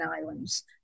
Islands